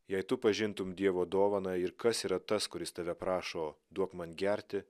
jei tu pažintum dievo dovaną ir kas yra tas kuris tave prašo duok man gerti